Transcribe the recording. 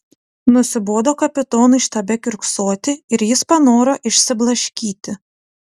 nusibodo kapitonui štabe kiurksoti ir jis panoro išsiblaškyti